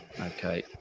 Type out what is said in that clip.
Okay